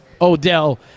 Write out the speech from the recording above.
Odell